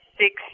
six